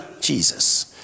Jesus